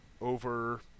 over